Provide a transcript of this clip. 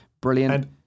Brilliant